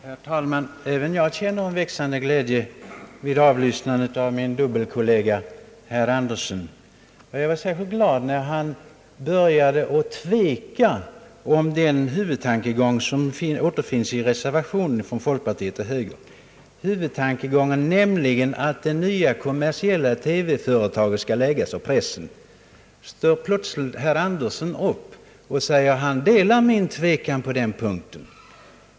Herr talman! Även jag känner en växande glädje när jag lyssnar till min dubbelkollega herr Axel Andersson. Jag blev särskilt glad när han började tveka om den huvudtankegång som återfinns i reservationen från folkpartiet och högern, nämligen att det nya kommersiella TV-företaget skall ägas av pressen. Då står herr Andersson plötsligt upp och säger att han delar min tvekan på den punkten.